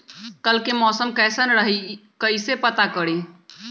कल के मौसम कैसन रही कई से पता करी?